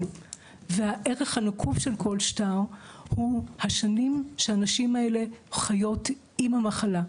והערך הנקוב של כל שטר הוא השנים שהנשים האלו חיות עם המחלה,